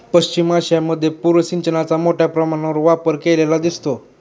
पश्चिम आशियामध्ये पूर सिंचनाचा मोठ्या प्रमाणावर वापर केलेला दिसतो